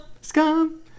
Scum